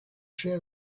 sharing